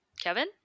Kevin